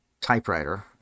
typewriter